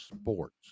sports